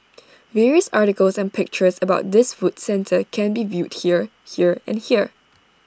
various articles and pictures about this food centre can be viewed here here and here